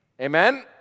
Amen